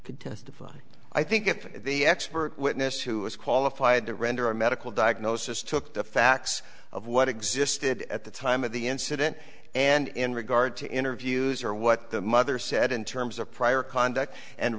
could testify i think if the expert witness who is qualified to render a medical diagnosis took the facts of what existed at the time of the incident and in regard to interviews or what the mother said in terms of prior conduct and